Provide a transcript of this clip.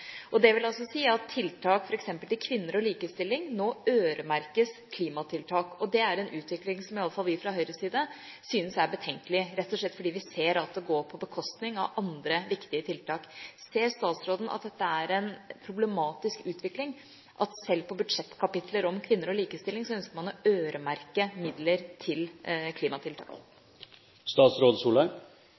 Det vil si at tiltak f.eks. til kvinner og likestilling nå øremerkes klimatiltak, og det er en utvikling som iallfall vi fra Høyres side synes er betenkelig, rett og slett fordi vi ser at det går på bekostning av andre viktige tiltak. Ser statsråden at dette er en problematisk utvikling, at selv på budsjettkapitler om kvinner og likestilling ønsker man å øremerke midler til klimatiltak?